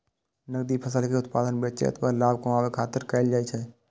नकदी फसल के उत्पादन बेचै अथवा लाभ कमबै खातिर कैल जाइ छै